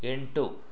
ಎಂಟು